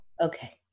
okay